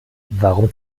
warum